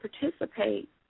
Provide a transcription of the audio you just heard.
participate